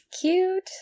Cute